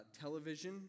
television